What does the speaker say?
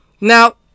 Now